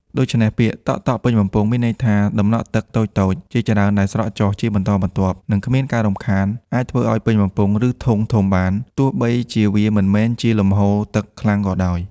ដូច្នេះពាក្យ តក់ៗពេញបំពង់ មានន័យថា ដំណក់ទឹកតូចៗជាច្រើនដែលស្រក់ចុះជាបន្តបន្ទាប់ និងគ្មានការរំខាន អាចធ្វើឱ្យពេញបំពង់ ឬធុងធំបាន ទោះបីជាវាមិនមែនជាលំហូរទឹកខ្លាំងក៏ដោយ។